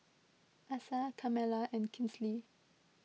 Asa Carmela and Kinsley